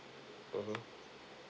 mmhmm